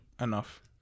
Enough